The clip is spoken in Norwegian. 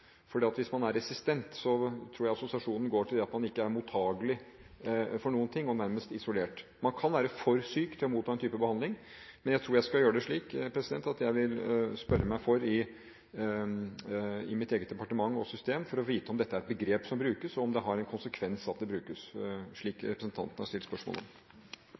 hvis man er resistent, tror jeg assosiasjonen går til det at man ikke er mottagelig for noen ting, og er nærmest isolert. Man kan være for syk til å motta en type behandling, men jeg tror jeg skal gjøre det slik at jeg vil spørre meg for i mitt eget departement og system for å få vite om dette er et begrep som brukes, og om det har en konsekvens at det brukes, slik representanten har stilt spørsmål om.